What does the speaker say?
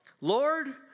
Lord